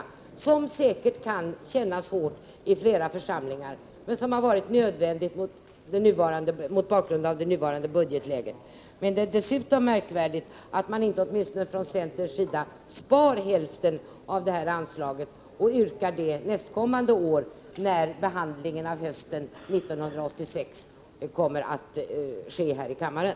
Indragningen av dessa 12 miljoner kan säkerligen bli något som känns hårt i flera församling ar, men det har varit nödvändigt att göra på detta sätt mot bakgrund av det nuvarande budgetläget. Dessutom är det märkligt att inte centern spar hälften av anslaget och ställer yrkande därom nästkommande år, när behandlingen av anslagen för hösten 1986 kommer att ske här i kammaren.